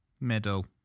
Middle